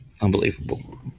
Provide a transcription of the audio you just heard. Unbelievable